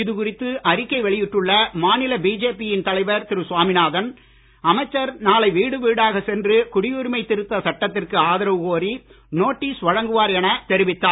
இதுகுறித்து அறிக்கை வெளியிட்டுள்ள மாநில பிஜேபியின் தலைவர் திரு சுவாமிநாதன் அமைச்சர் நாளை வீடுவீடாகச் சென்று குடியுரிமை திருத்த சட்டத்திற்கு ஆதரவு கோரி நோட்டீஸ் வழங்குவார் எனத் தெரிவித்தார்